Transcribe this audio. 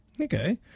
Okay